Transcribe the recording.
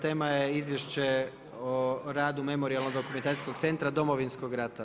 Tema je Izvješće o radu Memorijalno-dokumentacijskog centra Domovinskog rata.